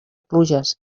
pluges